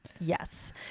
Yes